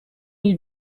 you